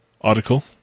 article